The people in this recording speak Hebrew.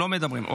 לא מדברים.